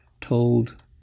told